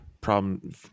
problem